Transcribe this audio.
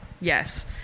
yes